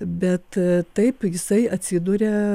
bet taip jisai atsiduria